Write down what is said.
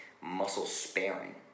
muscle-sparing